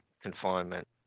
confinement